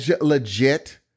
legit